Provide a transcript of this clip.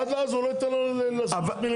עד אז הוא לא ייתן לו לזוז מילימטר.